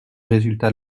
résultat